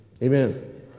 Amen